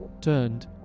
turned